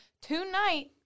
tonight